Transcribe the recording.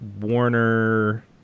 Warner